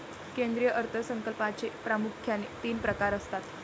केंद्रीय अर्थ संकल्पाचे प्रामुख्याने तीन प्रकार असतात